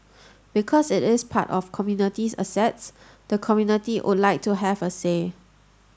because it is part of community's assets the community would like to have a say